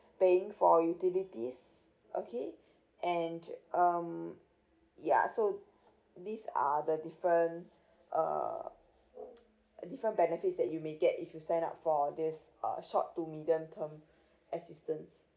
paying for utilities okay and um yeah so these are the different uh different benefits that you may get if you sign up for this uh short to medium term assistance